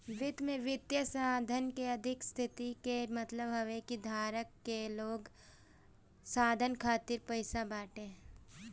वित्त में वित्तीय साधन के अधिका स्थिति कअ मतलब हवे कि धारक के लगे साधन खातिर पईसा बाटे